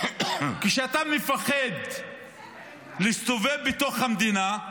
כשאתה מפחד להסתובב בתוך המדינה,